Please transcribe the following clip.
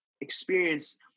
experience